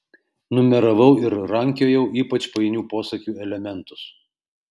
numeravau ir rankiojau ypač painių posakių elementus